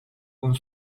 con